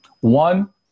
one